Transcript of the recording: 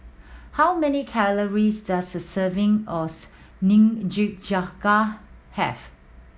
how many calories does a serving Nikujaga have